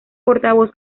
portavoz